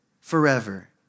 forever